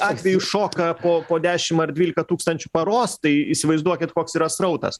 atvejų šoka po po dešim ar dvylika tūkstančių paros tai įsivaizduokit koks yra srautas